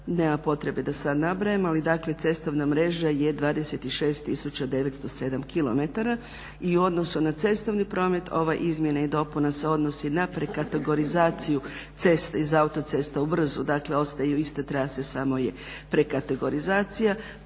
nema potrebe da sada nabrajam, ali dakle cestovna mreža je 26907km i u odnosu na cestovni promet ova izmjena i dopuna se odnosi na kategorizaciju ceste i za autocestu … dakle ostaju iste trase samo je prekategorizacija